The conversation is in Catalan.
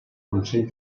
consell